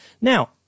Now